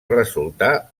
resultar